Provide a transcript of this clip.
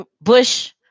Bush